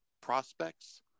prospects